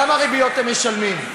כמה ריביות הם משלמים?